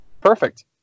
Perfect